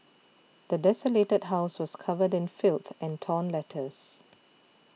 the desolated house was covered filth and torn letters